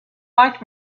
liked